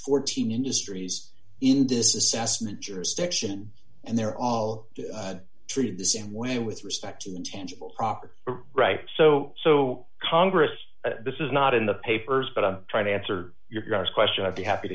fourteen industries in this assessment jurisdiction and they're all treated the same way with respect to intangible property rights so so congress this is not in the papers but i'm trying to answer your question i'd be happy